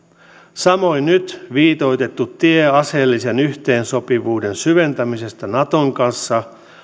samoin nyt viitoitettu tie aseellisen yhteensopivuuden syventämisestä naton kanssa